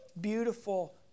beautiful